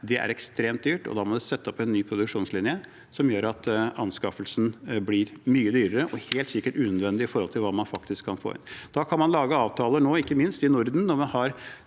Det er ekstremt dyrt, og da må det lages en ny produksjonslinje, som gjør at anskaffelsen blir mye dyrere og helt sikkert unødvendig i forhold til hva man faktisk kan få inn. Da kan man lage avtaler, ikke minst i Norden. Sverige og